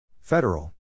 Federal